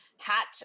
hat